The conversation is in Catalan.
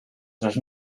tres